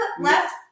left